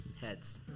Heads